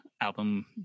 album